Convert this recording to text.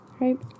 right